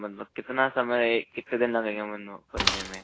मतलब कितना समय कितने दिन लगेंगे बनने में